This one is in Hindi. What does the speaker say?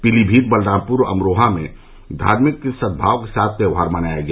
पीलीभीत बलरामपुर अमरोहा में धार्मिक सद्भाव के साथ त्योहार मनाया गया